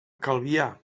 calvià